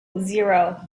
zero